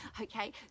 Okay